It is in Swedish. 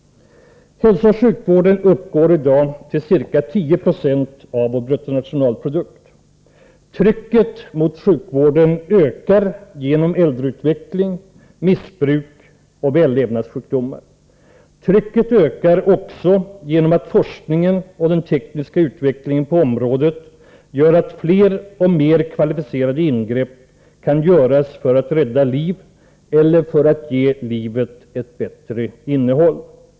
Hälsooch sjukvården uppgår i dag till ca 10 96 av vår bruttonationalprodukt. Efterfrågan på sjukvården ökar genom äldreutveckling, missbruk och vällevnadssjukdomar. Trycket på sjukvården ökar också genom att forskningen och den tekniska utvecklingen på området medför att fler och mer kvalificerade ingrepp kan göras för att rädda liv eller för att ge livet ett bättre innehåll.